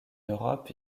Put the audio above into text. europe